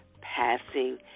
passing